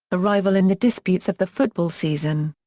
a rival in the disputes of the football season.